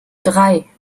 drei